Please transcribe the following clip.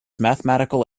mathematical